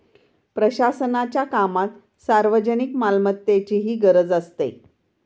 प्रशासनाच्या कामात सार्वजनिक मालमत्तेचीही गरज असते